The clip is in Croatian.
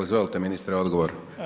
Izvolite ministre, odgovor.